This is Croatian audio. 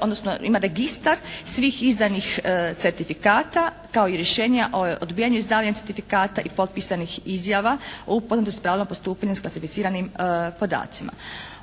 odnosno ima registar svih izdanih certifikata kao i rješenja o odbijanju izdavanja certifikata i potpisanih izjava o upoznatosti s pravilima postupanja s klasificiranim podacima.